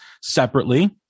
separately